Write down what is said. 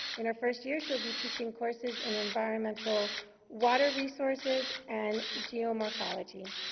in her first year, she'll be teaching courses in environmental water resources and geomorphology.